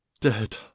Dead